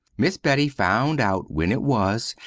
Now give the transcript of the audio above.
miss betty found out when it was,